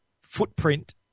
footprint